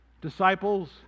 disciples